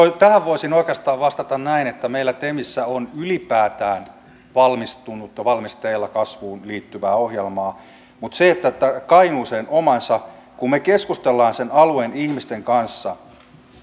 tähän voisin oikeastaan vastata näin että meillä temissä on ylipäätään valmistunut tai valmisteilla kasvuun liittyvää ohjelmaa mutta se että kainuuseen omansa kun me keskustelemme sen alueen ihmisten kanssa